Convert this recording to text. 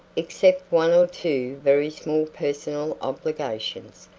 except one or two very small personal obligations,